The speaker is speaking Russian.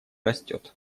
растет